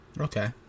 Okay